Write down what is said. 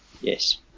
Yes